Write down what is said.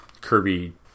Kirby